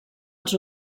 els